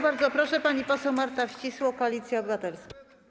Bardzo proszę, pani poseł Marta Wcisło, Koalicja Obywatelska.